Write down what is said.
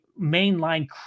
mainline